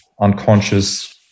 unconscious